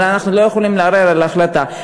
אבל אנחנו לא יכולים לערער על ההחלטה,